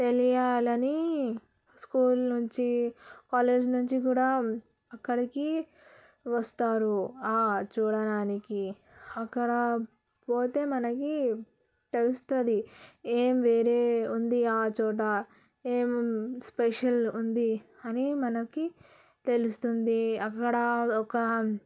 తెలియాలని స్కూల్ నుంచి కాలేజ్ నుంచి కూడా అక్కడికి వస్తారు చూడడానికి అక్కడ పోతే మనకి తెలుస్తుంది ఏం వేరే ఉంది ఆ చోట ఏం స్పెషల్ ఉంది అని మనకి తెలుస్తుంది అక్కడ ఒక